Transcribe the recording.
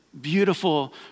beautiful